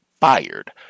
fired